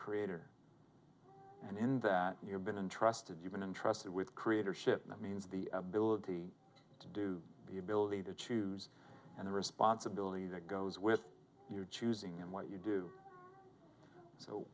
creator and in that you're been entrusted you've been intrusted with creatorship that means the ability to do the ability to choose and the responsibility that goes with you choosing and why you do so